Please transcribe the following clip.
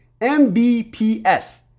MBPS